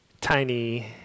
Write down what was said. tiny